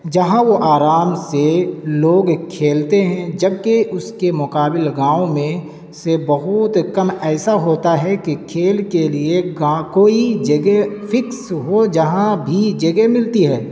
جہاں وہ آرام سے لوگ کھیلتے ہیں جب کہ اس کے مقابل گاؤں میں سے بہت کم ایسا ہوتا ہے کہ کھیل کے لیے کوئی جگہ فکس ہو جہاں بھی جگہ ملتی ہے